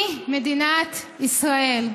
היא מדינת ישראל.